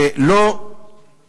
והוא לא